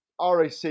RAC